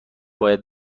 باید